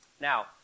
Now